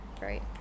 right